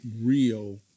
real